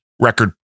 record